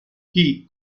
chi